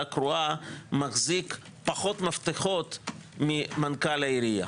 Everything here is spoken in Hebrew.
קרואה מחזיק פחות מפתחות ממנכ"ל העירייה,